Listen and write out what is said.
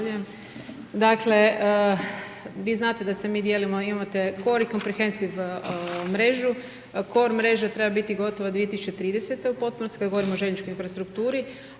Dakle, vi znate da se mi dijelimo, imate core i comprehensive mrežu, core mreža treba biti gotova 2030. u potpunosti kad govorimo o željezničkoj infrastrukturi